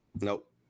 nope